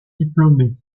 diplômés